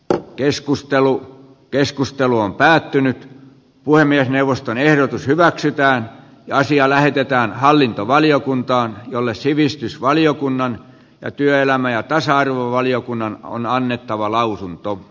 tämä keskustelu keskustelu on päättynyt puhemiesneuvoston ehdotus hyväksytään naisia lähetetään hallintovaliokuntaan jolle sivistysvaliokunnan ja työelämä ja tasa arvovaliokunnan on annettava lausunto